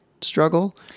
struggle